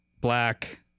black